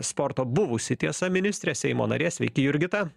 sporto buvusi tiesa ministrė seimo narė sveiki jurgita